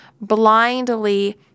blindly